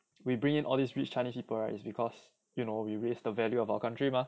we bring in all these rich chinese people right is because you know we raise the value of our country mah